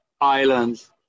islands